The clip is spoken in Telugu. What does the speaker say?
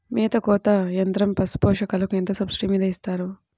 మేత కోత యంత్రం పశుపోషకాలకు ఎంత సబ్సిడీ మీద ఇస్తారు?